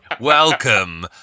Welcome